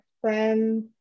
friends